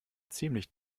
ziemlich